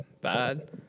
bad